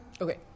okay